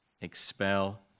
Expel